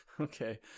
Okay